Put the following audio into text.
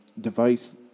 device